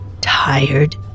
tired